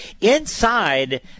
Inside